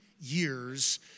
years